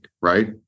right